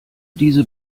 diese